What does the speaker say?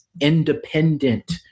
independent